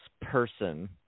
person